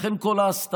ולכן כל ההסתרה,